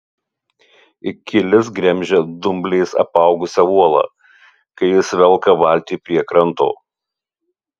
kilis gremžia dumbliais apaugusią uolą kai jis velka valtį prie kranto